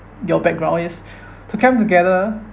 your background is to come together